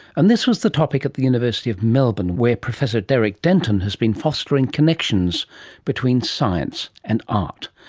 and this was the topic at the university of melbourne where professor derek denton has been fostering connections between science and art.